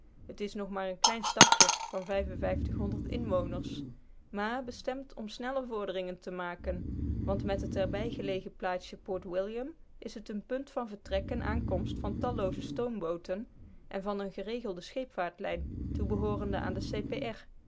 het is nog maar een klein stadje van inwoners maar bestemd om snelle vorderingen te maken want met het erbij gelegen plaatsje port william is het een punt van vertrek en aankomst van tallooze stoombooten en van eene geregelde scheepvaartlijn toebehoorende aan de